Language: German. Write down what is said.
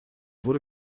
wurde